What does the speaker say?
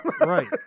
Right